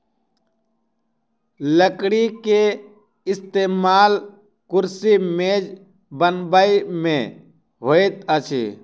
लकड़ी के इस्तेमाल कुर्सी मेज बनबै में होइत अछि